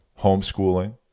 homeschooling